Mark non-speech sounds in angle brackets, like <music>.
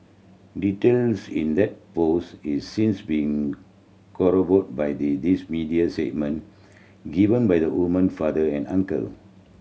details in that post is since been <unintelligible> by the these media statement given by the woman father and uncle